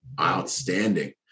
Outstanding